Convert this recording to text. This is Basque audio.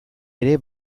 ere